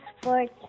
sports